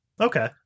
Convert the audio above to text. Okay